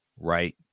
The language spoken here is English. right